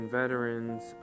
veterans